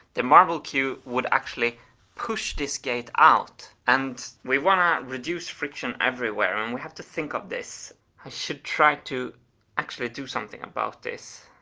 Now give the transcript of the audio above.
the marble queue would actually push this gate out, and we want to reduce friction everywhere, and we have to think of this. i should try to actually do something about this.